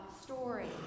story